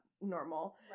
normal